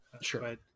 sure